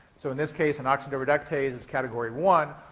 so, in this case, an oxidoreductase is category one.